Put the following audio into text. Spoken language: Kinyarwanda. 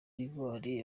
ivoire